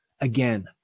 Again